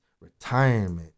retirement